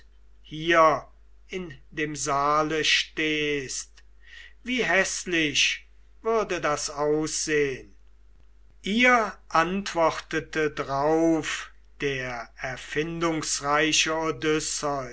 hier in dem saale stehst wie häßlich würde das aussehn ihr antwortete drauf der erfindungsreiche